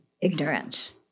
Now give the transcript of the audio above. ignorance